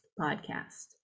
podcast